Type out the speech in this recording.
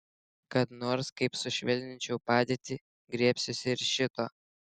kad nors kaip sušvelninčiau padėtį griebsiuosi ir šito